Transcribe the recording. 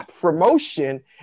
promotion